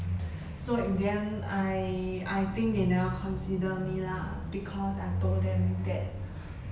so in the end I I think they never consider me lah because I told them that